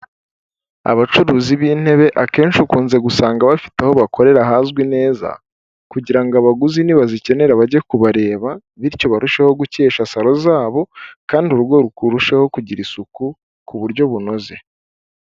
Abacuruzi b'intebe akenshi ukunze gusanga bafite aho bakorera hazwi neza kugira abaguzi nibazikenera bajye kubareba bityo barusheho gukesha salo zabo kandi urugo rukurushaho kugira isuku ku buryo bunoze.